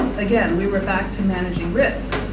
again, we were back to managing risk.